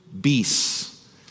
beasts